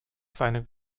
seinen